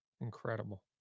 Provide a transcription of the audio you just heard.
incredible